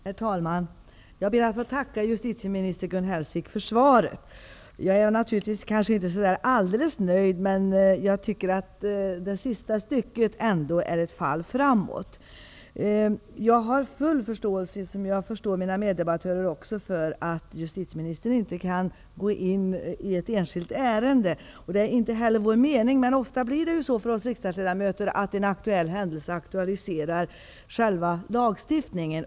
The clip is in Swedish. Herr talman! Jag ber att få tacka justieminister Gun Hellsvik för svaret. Jag är naturligtvis inte helt nöjd, men jag tycker att det sista stycket är ett fall framåt. Jag har full förståelse för att justitieministern inte kan gå in i ett enskilt ärende. Det är inte heller min och mina meddebattörers mening, men det blir ofta så för oss riksdagsledamöter att en händelse aktualiserar lagstiftningen.